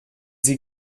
sie